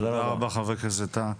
תודה רבה חבר הכנסת טאהא.